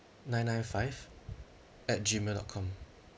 nine nine five at G mail dot com